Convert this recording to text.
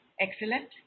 Excellent